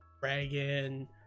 dragon